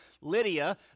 Lydia